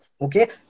Okay